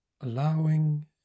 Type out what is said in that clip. Allowing